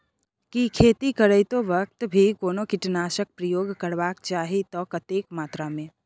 की खेत करैतो वक्त भी कोनो कीटनासक प्रयोग करबाक चाही त कतेक मात्रा में?